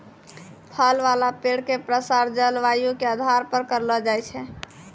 फल वाला पेड़ के प्रसार जलवायु के आधार पर करलो जाय छै